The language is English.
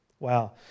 Wow